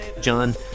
John